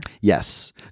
Yes